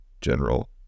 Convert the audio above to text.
general